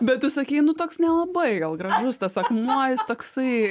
bet tu sakei nu toks nelabai gal gražus tas akmuo toksai